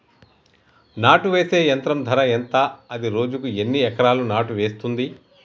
నాటు వేసే యంత్రం ధర ఎంత? అది రోజుకు ఎన్ని ఎకరాలు నాటు వేస్తుంది?